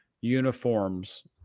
uniforms